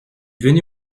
venu